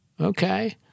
okay